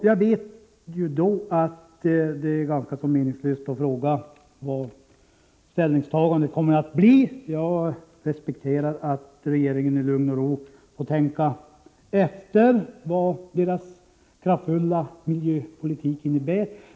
Jag vet att det då är ganska meningslöst att fråga vad ställningstagandet kommer att bli, och jag respekterar att regeringen i lugn och ro behöver tänka efter, vad dess kraftfulla miljöpolitik innebär.